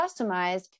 customized